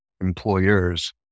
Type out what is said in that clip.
employers